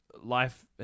Life